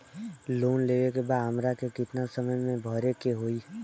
Loan लेवे के बाद हमरा के कितना समय मे भरे के होई?